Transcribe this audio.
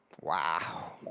wow